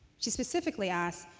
she specifically asked,